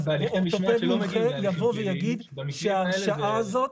אורתופד מומחה יבוא ויגיד שההרשעה הזאת,